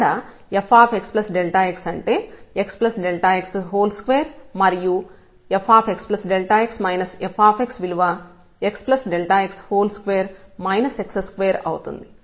ఇక్కడ fxx అంటే xx2 మరియు fxx fx విలువ xx2 x2 అవుతుంది